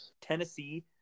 Tennessee